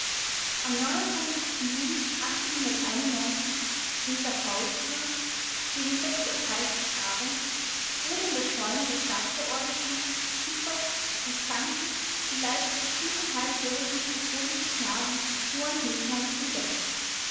am juni peter paul tag gegen uhr abends wurde in der scheune des stadtverordneten küppers in xanten die leiche des fünfjährigen katholischen knaben johann hegmann entdeckt